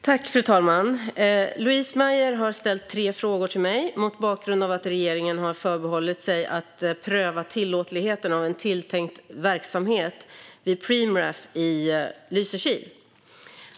Fru talman! Louise Meijer har ställt tre frågor till mig mot bakgrund av att regeringen har förbehållit sig att pröva tillåtligheten av en tilltänkt verksamhet vid Preemraff i Lysekil.